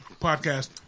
podcast